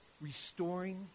restoring